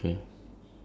okay then